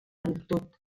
virtut